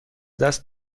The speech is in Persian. دست